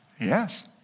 Yes